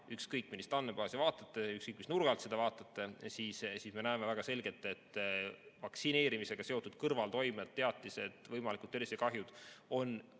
ükskõik millist andmebaasi vaatate, ükskõik mis nurga alt seda vaatate, me näeme väga selgelt, et vaktsineerimisega seotud kõrvaltoimed, teatised, võimalikud tervisekahjud, on